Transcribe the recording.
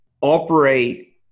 operate